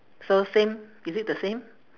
so same is it the same